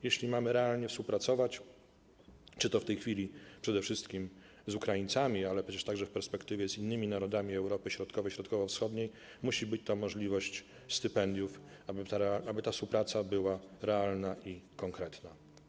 Jeśli mamy realnie współpracować, czy to w tej chwili przede wszystkim z Ukraińcami, ale przecież także w perspektywie z innymi narodami Europy Środkowej, Środkowo-Wschodniej, musi być możliwość przyznawania stypendiów, aby ta współpraca była realna i konkretna.